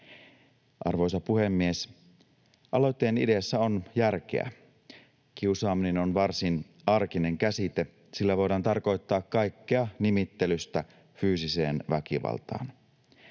Arvoisa puhemies! Aloitteen ideassa on järkeä. Kiusaaminen on varsin arkinen käsite. Sillä voidaan tarkoittaa kaikkea nimittelystä fyysiseen väkivaltaan.